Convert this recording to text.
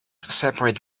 separate